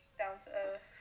down-to-earth